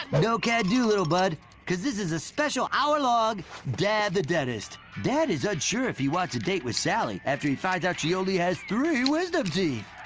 no can do, little bud. cause, this is a special hour-long dan the dentist. dan is unsure if he wants to date with sally after he finds out she only has three wisdom teeth.